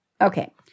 Okay